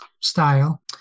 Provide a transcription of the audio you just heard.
style